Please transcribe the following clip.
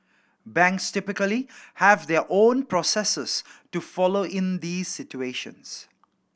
banks typically have their own processes to follow in these situations